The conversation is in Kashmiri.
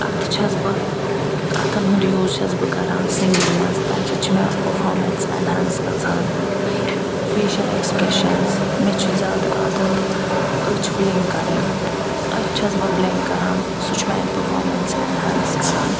اتھٕ چھَس بہٕ اَتھَن ہُنٛد یوٗز چھَس بہٕ کَران سِنٛگِنٛگ مَنٛز تَمہِ سۭتۍ چھِ مےٚ پٔفامنٕس ایٚنہانس گَژھان فیشَل ایٚکسپریشَنز مےٚ چھُ زیاد عادت أچھ بِلِنٛک کَرٕنۍ أچھ چھَس بہٕ بِلِنٛک کَران سُہ چھُ میٛانہِ پٔرفامنٕس ایٚنہانس کران